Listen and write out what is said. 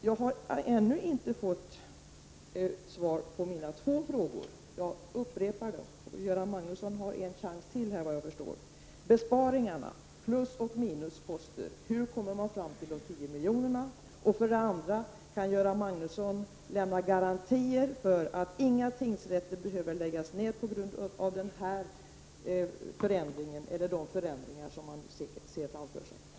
Jag har ännu inte fått något svar på mina två frågor och därför upprepar jag dem. Beträffande besparingarna, plusoch minusposter, hur kommer man fram till beloppet 10 miljoner? Kan Göran Magnusson lämna garantier för att inga tingsrätter behöver läggas ned till följd av de förändringar som man ser framför sig?